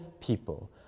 people